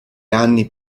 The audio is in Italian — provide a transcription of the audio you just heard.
anni